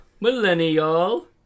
Millennial